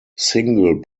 single